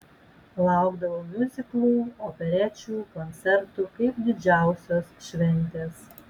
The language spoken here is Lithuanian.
laukdavau miuziklų operečių koncertų kaip didžiausios šventės